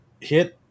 hit